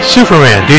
Superman